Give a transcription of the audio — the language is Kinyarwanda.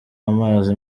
amazi